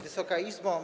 Wysoka Izbo!